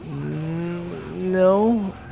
No